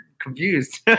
confused